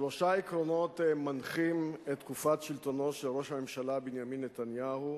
שלושה עקרונות מנחים את תקופת שלטונו של ראש הממשלה בנימין נתניהו,